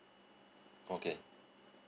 okay